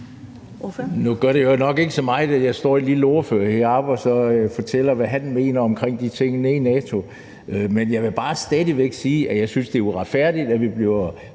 Nu gør det jo nok ikke så meget, at jeg lille ordfører står heroppe og fortæller, hvad jeg mener om de ting nede i NATO. Men jeg vil bare stadig væk sige, at jeg synes, det er uretfærdigt, at vi bliver